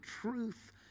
truth